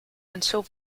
until